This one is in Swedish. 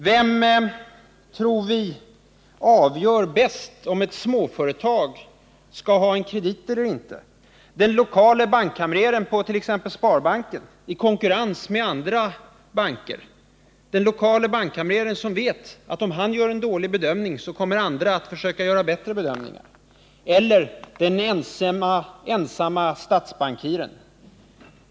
Vem tror vi avgör bäst om ett småföretag skall ha en kredit eller inte, den lokale bankkamrern på t.ex. sparbanken i konkurrens med andra banker — den lokale bankkamrern som vet att om han gör en dålig bedömning så kommer andra att försöka göra bättre bedömningar — eller den ensamme statsbankiren?